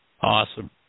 Awesome